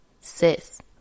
sis